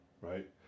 right